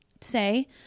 say